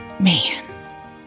Man